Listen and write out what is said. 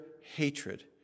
hatred